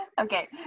Okay